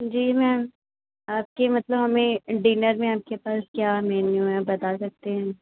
जी ma'am आपके मतलब हमें डिनर में आपके पास क्या मेन्यू है आप बता सकते हैं